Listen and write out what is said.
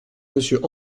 monsieur